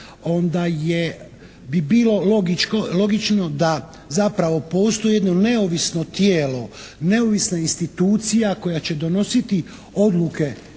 onda bi bilo logično da zapravo postoji jedno neovisno tijelo, neovisna institucija koja će donositi odluke